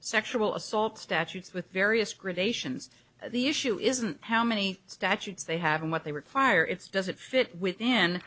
sexual assault statutes with various grid ations the issue isn't how many statutes they have and what they require it's does it fit within